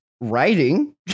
writing